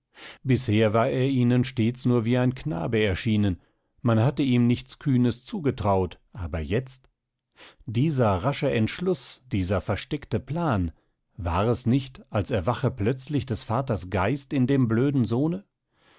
bisher war er ihnen stets nur wie ein knabe erschienen man hatte ihm nichts kühnes zugetraut aber jetzt dieser rasche entschluß dieser versteckte plan war es nicht als erwache plötzlich des vaters geist in dem blöden sohne